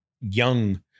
young